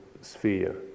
sphere